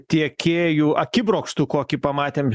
tiekėjų akibrokštų kokį pamatėm